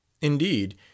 indeed